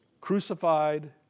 crucified